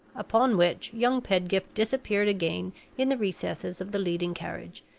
upon which young pedgift disappeared again in the recesses of the leading carriage,